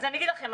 אז אני אגיד לכם.